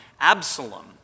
Absalom